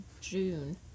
June